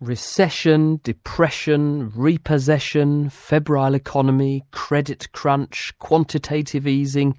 recession, depression, repossession, febrile economy, credit crunch, quantitative easing